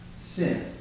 sin